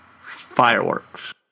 Fireworks